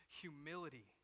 humility